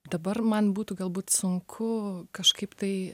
dabar man būtų galbūt sunku kažkaip tai